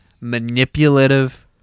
manipulative